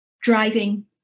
driving